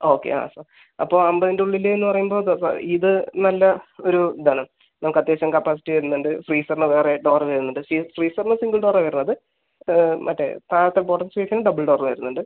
okay ആ sir അപ്പോൾ അമ്പതിൻ്റ ഉള്ളിലെന്ന് പറയുമ്പോൾ ഇത് ഇപ്പോൾ ഇത് നല്ല ഒരു ഇത് ആണ് നമുക്ക് അത്യാവശ്യം കപ്പാസിറ്റി വരുന്നുണ്ട് ഫ്രീസറിന് വേറെ ഡോറ് വരുന്നുണ്ട് ഫ്രീസറിന് സിംഗിൾ ഡോറാ വരുന്നത് മറ്റേ താഴത്തെ ബോട്ടം സ്പേസിന് ഡബിൾ ഡോറ് വരുന്നുണ്ട്